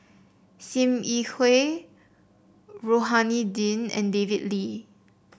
Sim Yi Hui Rohani Din and David Lee